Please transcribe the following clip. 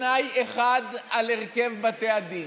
תנאי אחד על הרכב בתי הדין: